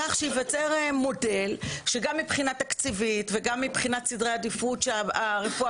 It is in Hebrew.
כך שייווצר מודל שגם מבחינה תקציבית וגם מבחינת סדרי עדיפות הרפואה